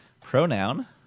Pronoun